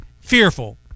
fearful